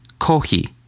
kohi